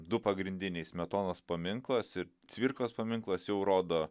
du pagrindiniai smetonos paminklas ir cvirkos paminklas jau rodo